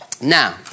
Now